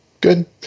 good